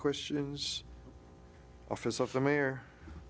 questions office of the mayor